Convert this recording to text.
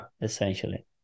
Essentially